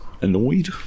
annoyed